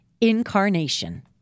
incarnation